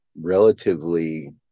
Relatively